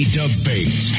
debate